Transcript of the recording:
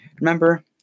Remember